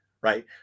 Right